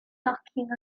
docyn